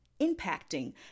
impacting